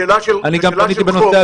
זו שאלה של חוק.